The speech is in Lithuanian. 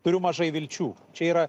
turiu mažai vilčių čia yra